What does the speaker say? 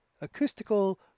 acoustical